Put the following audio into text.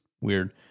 weird